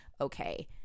okay